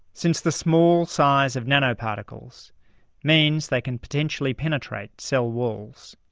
since the small size of nanoparticles means they can potentially penetrate cell walls.